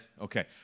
Okay